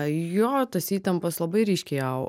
jo tos įtampos labai ryškiai au